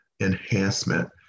enhancement